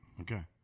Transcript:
Okay